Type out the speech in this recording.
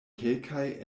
kelkaj